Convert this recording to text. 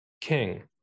king